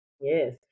Yes